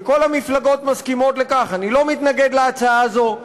וכל המפלגות מסכימות לכך, אני לא מתנגד להצעה הזו,